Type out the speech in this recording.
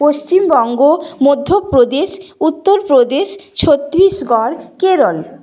Paschimbanga Madhya Pradesh Uttar Pradesh Chhattisgarh Kerala